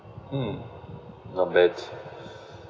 mm not bad